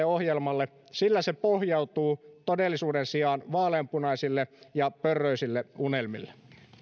ohjelmalle sillä se pohjautuu todellisuuden sijaan vaaleanpunaisille ja pörröisille unelmille